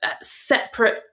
separate